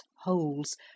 holes